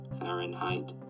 Fahrenheit